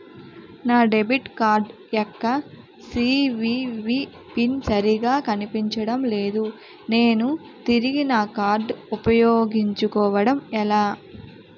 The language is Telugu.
నా డెబిట్ కార్డ్ యెక్క సీ.వి.వి పిన్ సరిగా కనిపించడం లేదు నేను తిరిగి నా కార్డ్ఉ పయోగించుకోవడం ఎలా?